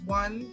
one